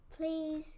Please